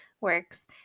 works